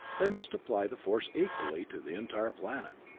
they must apply the force equally to the entire planet.